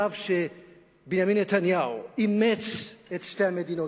עכשיו שבנימין נתניהו אימץ את שתי המדינות,